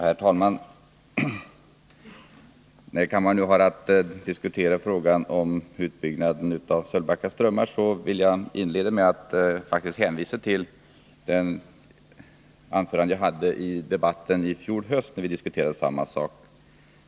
Herr talman! När kammaren nu har att diskutera frågan om utbyggnaden av Sölvbackaströmmarna vill jag inledningsvis hänvisa till mitt anförande i fjol höst när vi diskuterade samma sak.